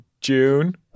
June